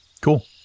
Cool